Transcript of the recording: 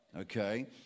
okay